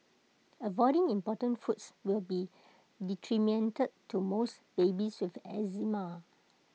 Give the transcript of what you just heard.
avoiding important foods will be detrimental to most babies with eczema